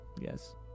Yes